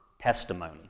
testimony